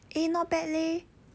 eh not bad leh